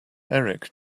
eric